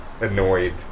annoyed